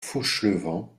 fauchelevent